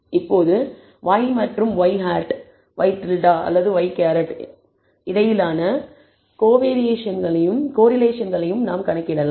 இப்போது y மற்றும் ŷ y hat இடையிலான கோரிலேஷன்களையும் நாம் கணக்கிடலாம்